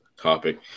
topic